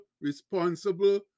responsible